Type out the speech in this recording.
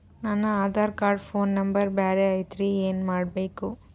ನನ Aadhaar card phone number ಬ್ಯಾರೆ ಐತ್ರಿ ಏನ ಮಾಡಬೇಕು?